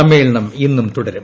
സമ്മേളനം ഇന്നും തുടരും